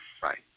Right